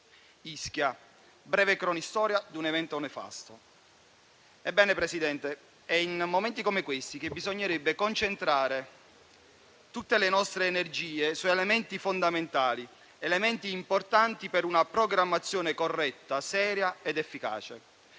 Ischia: breve cronistoria di un evento nefasto. Ebbene, Presidente, è in momenti come questi che bisognerebbe concentrare tutte le nostre energie su elementi fondamentali, elementi importanti per una programmazione corretta, seria ed efficace,